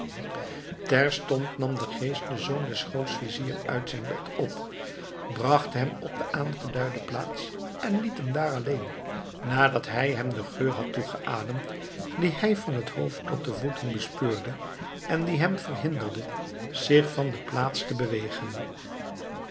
terstond nam de geest den zoon des grootviziers uit zijn bed op bracht hem op de aangeduide plaats en liet hem daar alleen nadat hij hem een geur had toegeademd die hij van t hoofd tot de voeten bespeurde en die hem verhinderde zich van de plaats te bewegen